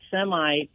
semi